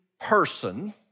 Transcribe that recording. person